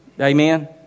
Amen